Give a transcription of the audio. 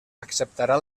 acceptarà